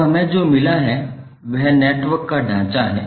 अब हमें जो मिला है वह नेटवर्क का ढांचा है